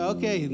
Okay